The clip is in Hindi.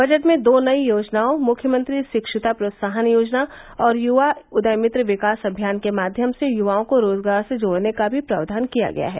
बजट में दो नयी योजनाओं मुख्यमंत्री शिक्षता प्रोत्साहन योजना और युवा उदयमित्र विकास अभियान युवा के माध्यम से युवाओं को रोजगार से जोड़ने का भी प्रावधान किया गया है